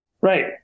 Right